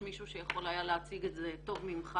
מישהו שיכול היה להציג את זה טוב ממך,